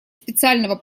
специального